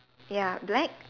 ya black